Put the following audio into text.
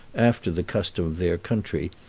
after the custom of their country,